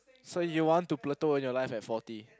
so you want to plateau on your life at forty